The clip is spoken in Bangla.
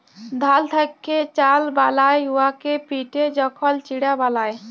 ধাল থ্যাকে চাল বালায় উয়াকে পিটে যখল চিড়া বালায়